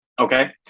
Okay